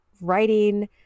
writing